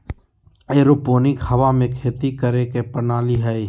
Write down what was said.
aeroponic हवा में खेती करे के प्रणाली हइ